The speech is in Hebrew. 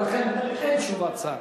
ולכן אין תשובת שר.